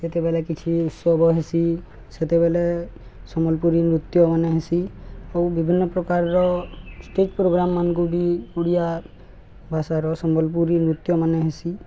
ସେତେବେଲେ କିଛି ଉତ୍ସବ ହେସି ସେତେବେଳେ ସମ୍ବଲପୁରୀ ନୃତ୍ୟମାନେ ହେସି ଆଉ ବିଭିନ୍ନ ପ୍ରକାରର ଷ୍ଟେଜ୍ ପ୍ରୋଗ୍ରାମମାନଙ୍କୁ ବି ଓଡ଼ିଆ ଭାଷାର ସମ୍ବଲପୁରୀ ନୃତ୍ୟମାନ ହେସି